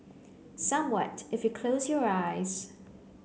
somewhat if you close your eyes